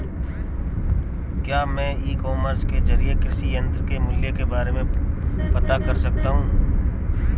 क्या मैं e commerce के ज़रिए कृषि यंत्र के मूल्य के बारे में पता कर सकता हूँ?